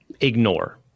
ignore